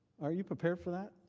are you prepared for that?